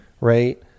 right